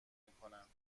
میکنند